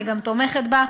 אני גם תומכת בה,